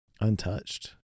untouched